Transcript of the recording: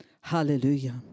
Hallelujah